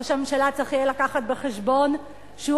ראש הממשלה צריך יהיה להביא בחשבון שהוא